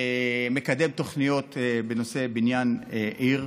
מקדם תוכניות בנושא בניין עיר.